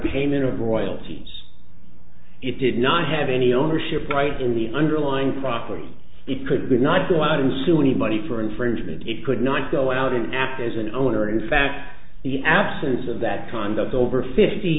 payment of royalties it did not have any ownership rights in the underlying property it could not go out and sue anybody for infringement it could not go out and act as an owner in fact the absence of that kind of over fifty